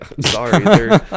Sorry